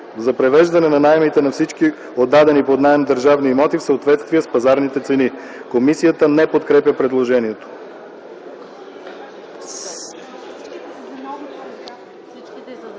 за привеждане на наемите на всички отдадени под наем държавни имоти в съответствие с пазарните цени.” Комисията не подкрепя предложението.